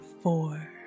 four